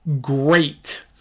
great